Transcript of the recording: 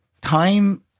time